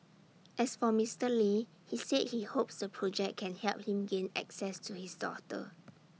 as for Mister lee he said he hopes the project can help him gain access to his daughter